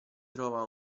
trovava